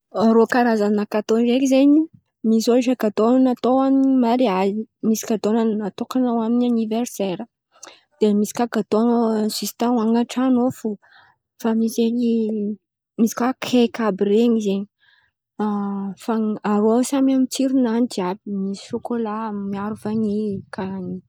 Rô Karazan̈a gatô haiko zen̈y. Misy gatô natao ho an'ny mariazy, misy gatô natôkan̈a ho an'ny aniverisera, de misy kà gatô zista hoanin̈y an-tran̈o ao fo fa misy kà kaiky àby ren̈y zen̈y rô samy amin̈'ny sironazy jiàby sôkôla na vanìa karà zen̈y.